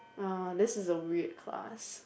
uh this is a weird class